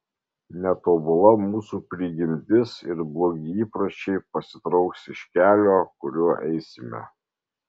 netobula mūsų prigimtis ir blogi įpročiai pasitrauks iš kelio kuriuo eisime